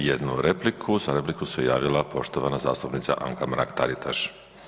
Imate jednu repliku, za repliku se javila poštovana zastupnica Anka Mrak TAritaš.